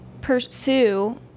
pursue